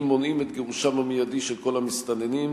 מונעים את גירושם המיידי של כל המסתננים?